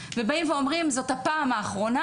ובאים ואומרים זאת הפעם האחרונה